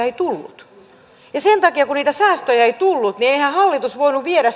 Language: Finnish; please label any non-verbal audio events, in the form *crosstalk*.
*unintelligible* ei tullut ja kun niitä säästöjä ei tullut niin eihän hallitus voinut viedä *unintelligible*